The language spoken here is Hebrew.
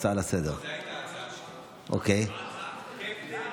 תוצאות ההצבעה: 42 בעד,